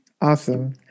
Awesome